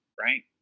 Right